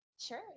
Sure